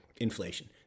inflation